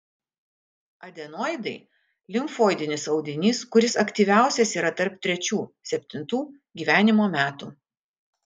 adenoidai limfoidinis audinys kuris aktyviausias yra tarp trečių septintų gyvenimo metų